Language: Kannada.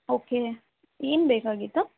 ಓಕೆ ಏನು ಬೇಕಾಗಿತ್ತು